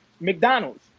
McDonald's